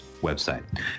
website